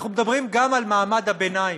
אנחנו מדברים גם על מעמד הביניים.